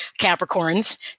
Capricorns